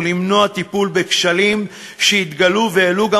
או למנוע טיפול בכשלים שהתגלו והעלו גם